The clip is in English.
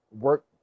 work